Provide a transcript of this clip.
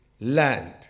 land